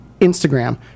Instagram